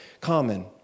common